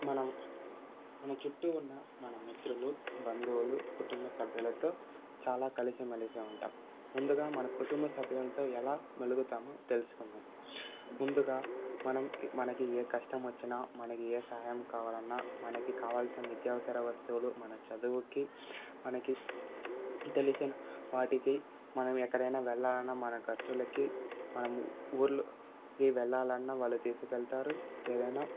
మనం మన చుట్టూ ఉన్న మన మిత్రులు బంధువులు కుటుంబ సభ్యులతో చాలా కలిసి మెలిసి ఉంటాం ముందుగా మన కుటుంబ సభ్యులతో ఎలా మెలుగుతామో తెలుసుకుందాం ముందుగా మనం మనకి ఏ కష్టం వచ్చినా మనకి ఏ సాయం కావాలన్నా మనకి కావాల్సిన నిత్యవసర వస్తువులు మన చదువుకి మనకి తెలిసినవాటికి మనం ఎక్కడైనా వెళ్లాలన్న మన ఖర్చులకి మనం ఊర్లోకి వెళ్లాలన్న వాళ్ళు తీసుకెళ్తారు ఏదైనా